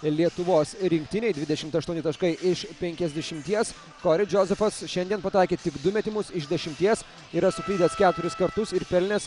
lietuvos rinktinei dvidešimt aštuoni taškai iš penkiasdešimties kori džozefas šiandien pataikė tik du metimus iš dešimties yra suklydęs keturis kartus ir pelnęs